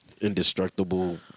indestructible